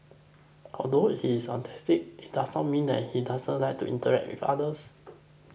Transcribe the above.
although he is autistic it does not mean that he doesn't like to interact with others